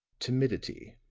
timidity